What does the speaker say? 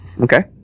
Okay